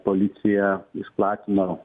policija išplatino